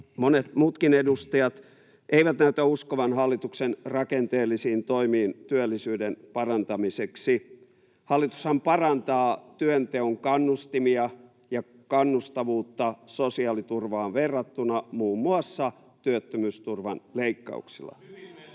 monet muutkin edustajat eivät näytä uskovan hallituksen rakenteellisiin toimiin työllisyyden parantamiseksi. Hallitushan parantaa työnteon kannustimia ja kannustavuutta sosiaaliturvaan verrattuna muun muassa työttömyysturvan leikkauksilla. [Kimmo